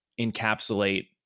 encapsulate